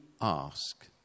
ask